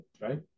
right